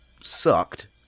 sucked